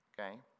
okay